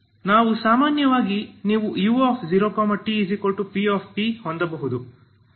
ನಾವು ಸಾಮಾನ್ಯವಾಗಿ ನೀವು u0tptಹೊಂದಬಹುದು